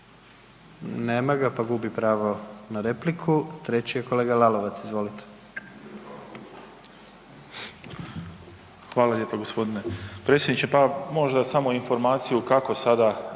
nema ga, pa gubi pravo na repliku. Treći je kolega Lalovac, izvolite. **Lalovac, Boris (SDP)** Hvala lijepo g. predsjedniče. Pa možda samo informaciju kako sada